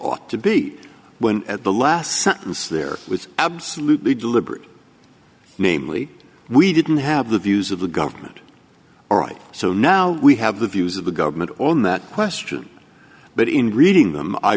ought to be when at the last sentence there was absolutely deliberate namely we didn't have the views of the government all right so now we have the views of the government on that question but in reading them i